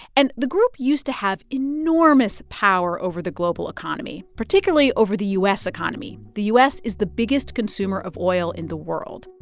and the group used to have enormous power over the global economy, particularly over the u s. economy. the u s. is the biggest consumer of oil in the world.